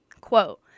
quote